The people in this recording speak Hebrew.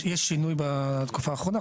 יש שינוי בתקופה האחרונה.